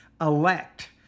elect